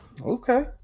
okay